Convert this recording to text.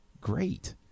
great